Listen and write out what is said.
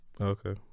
okay